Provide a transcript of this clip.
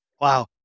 Wow